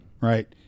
Right